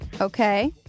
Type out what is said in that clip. Okay